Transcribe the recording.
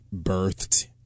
birthed